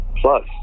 plus